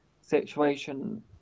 situation